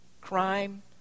crime